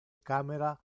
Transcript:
camera